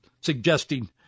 suggesting